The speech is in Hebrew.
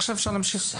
עכשיו אפשר להמשיך.